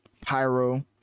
pyro